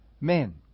men